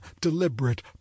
deliberate